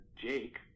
Jake